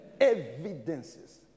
Evidences